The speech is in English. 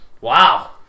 Wow